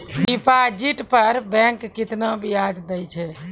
Deposit पर bank केतना ब्याज दै छै?